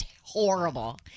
horrible